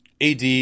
ad